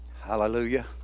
Hallelujah